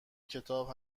کتاب